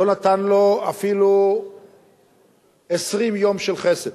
לא נתן לו אפילו 20 יום של חסד.